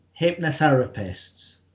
hypnotherapists